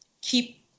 keep